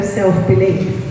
self-belief